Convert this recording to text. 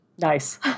Nice